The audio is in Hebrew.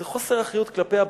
זה חוסר אחריות כלפי הבנים.